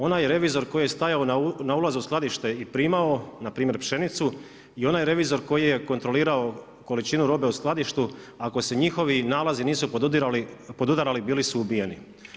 Onaj revizor koji je stajao na ulaz u skladište i primao na primjer pšenicu i onaj revizor koji je kontrolirao količinu robe u skladištu, ako se njihovi nalazi nisu podudarali bili su ubijeni.